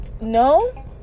no